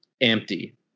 empty